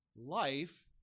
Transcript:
life